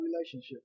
relationship